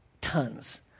tons